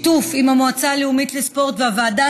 בשיתוף עם המועצה הלאומית לספורט והוועדה